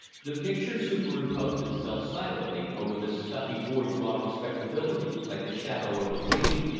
the picture super-imposed itself silently over this stuffy bourgeois respectability, like the shadow of a dream.